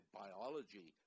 biology